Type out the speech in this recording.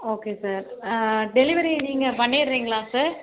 okay sir delivery நீங்கள் பண்ணிடுறிங்களா sir